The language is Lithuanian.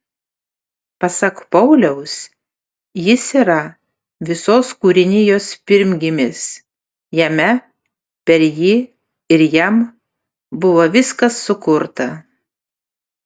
pasak pauliaus jis yra visos kūrinijos pirmgimis jame per jį ir jam buvo viskas sukurta